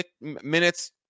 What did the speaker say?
minutes